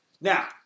Now